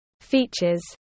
Features